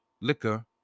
liquor